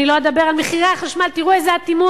אני לא אדבר על מחירי החשמל, תראו איזה אטימות.